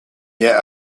yet